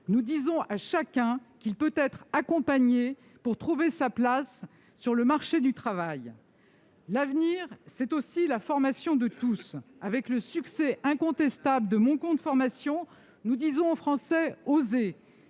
nous disons à chacun qu'il peut être accompagné pour trouver sa place sur le marché du travail. L'avenir, c'est aussi la formation de tous. Avec le succès incontestable de Mon compte formation, nous disons aux Français : osez !